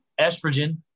estrogen